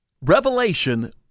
Revelation